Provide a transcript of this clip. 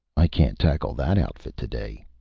i can't tackle that outfit to-day,